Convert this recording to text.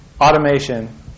Automation